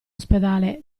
ospedale